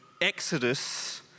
Exodus